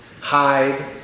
hide